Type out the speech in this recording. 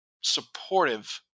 supportive